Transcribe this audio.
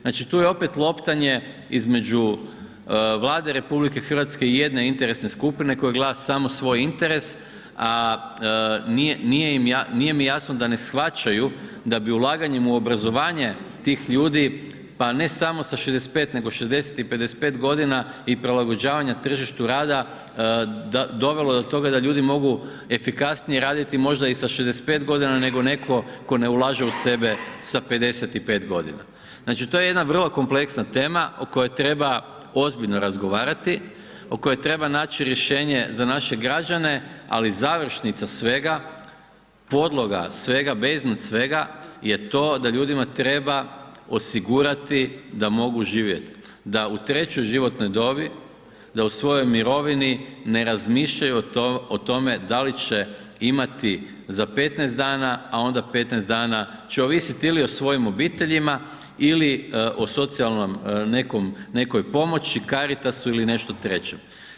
Znači, tu je opet loptanje između Vlade RH i jedne interesne skupine koja gleda samo svoj interes, a nije, nije mi jasno da ne shvaćaju da bi ulaganjem u obrazovanje tih ljudi, pa ne samo sa 65., nego 60. i 55.g. i prilagođavanja tržištu rada dovelo do toga da ljudi mogu efikasnije raditi možda i sa 65.g. nego tko ne ulaže u sebe sa 55.g. Znači, to je jedna vrlo kompleksna tema o kojoj treba ozbiljno razgovarati, o kojoj treba naći rješenje za naše građane, ali završnica svega, podloga svega, … [[Govornik se ne razumije]] svega je to da ljudima treba osigurati da mogu živjet, da u trećoj životnoj dobi, da u svojoj mirovini ne razmišljaju o tome da li će imati za 15 dana, a onda 15 dana će ovisiti ili o svojim obiteljima ili o socijalnom, nekom, nekoj pomoći, Caritasu ili nešto trećem.